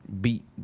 beat